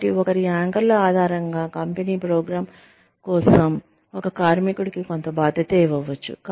కాబట్టి ఒకరి యాంకర్ల ఆధారంగా కంపెనీ ప్రోగ్రాం కోసం ఒక కార్మికుడికి కొంత బాధ్యత ఇవ్వవచ్చు